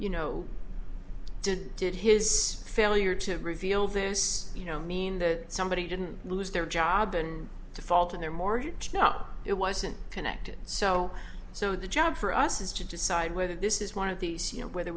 you know did did his failure to reveal this you know mean that somebody didn't lose their job and the fault in their mortgage mess up it wasn't connected so so the job for us is to decide whether this is one of these you know whether